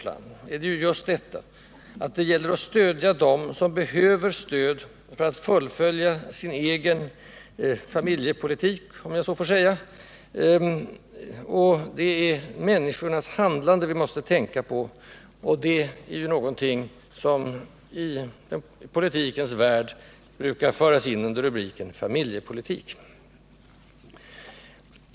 Men när man ser till människorna i vårt land gäller det att stödja dem som behöver stöd för att fullfölja sin egen ”familjepolitik”. Det är människornas handlande vi måste tänka på, något som i politikens värld brukar föras in under rubriken Familjepolitik.